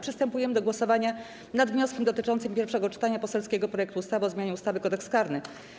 Przystępujemy do głosowania nad wnioskiem dotyczącym pierwszego czytania poselskiego projektu ustawy o zmianie ustawy - Kodeks karny.